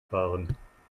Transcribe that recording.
fahren